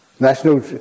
National